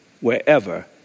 wherever